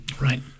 Right